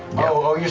oh, yeah